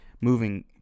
moving